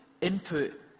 input